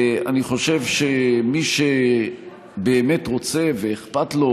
אני חושב שמי שבאמת רוצה ואכפת לו,